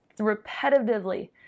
repetitively